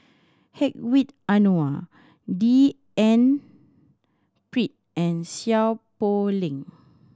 Hedwig Anuar D N Pritt and Seow Poh Leng